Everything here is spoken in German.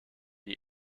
die